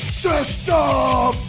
system